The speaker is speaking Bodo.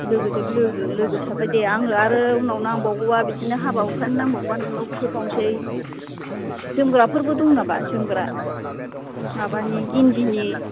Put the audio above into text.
लोगोजों लोगो लोगो हिसाबै दे आङो आरो उनाव नांबावगौबा बिदिनो हाबा हुखानि नंबावगौबा नोंनाव बिहरबावसै जोमग्राफोरबो दं नामा जोमग्रा माबानि इन्दिनि